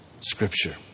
Scripture